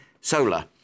solar